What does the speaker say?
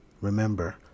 Remember